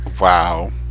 Wow